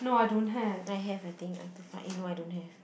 I have I think I have to find eh no I don't have